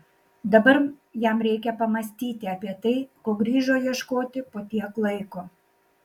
dabar jam reikia pamąstyti apie tai ko grįžo ieškoti po tiek laiko